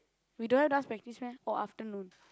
we don't have enough practice meh oh afternoon